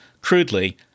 Crudely